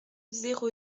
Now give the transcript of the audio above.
zéro